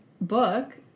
book